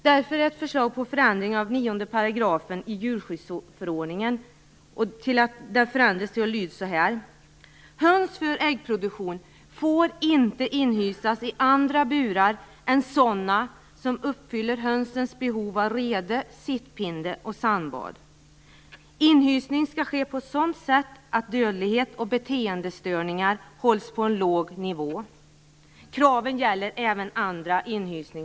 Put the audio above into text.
Därför finns det ett förslag att 9 § i djurskyddsförordningen förändras till att lyda: "Höns för äggproduktion får inte inhysas i andra burar än sådana som uppfyller hönsens behov av rede, sittpinne och sandbad. Inhysningen skall ske på ett sådant sätt att dödlighet och beteendestörningar hålls på en låg nivå.